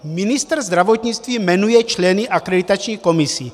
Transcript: Ministr zdravotnictví jmenuje členy akreditačních komisí.